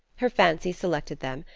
her fancy selected them,